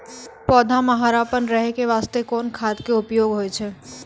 पौधा म हरापन रहै के बास्ते कोन खाद के उपयोग होय छै?